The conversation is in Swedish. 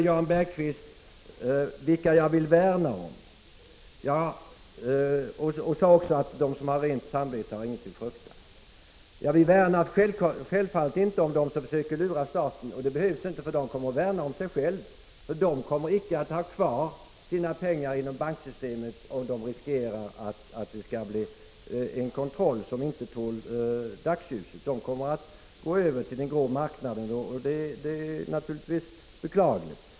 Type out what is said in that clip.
Jan Bergqvist frågade vilka jag vill värna om och sade också att de som har rent samvete inte har någonting att frukta. Jag värnar självfallet inte om dem som söker lura staten. Det behövs inte. De kommer att värna om sig själva. De kommer icke att ha kvar sina pengar inom banksystemet ifall de riskerar en kontroll som drar fram dem i dagsljuset. De kommer att gå över till den gråa marknaden, och det är naturligtvis beklagligt.